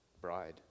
bride